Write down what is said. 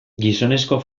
gizonezko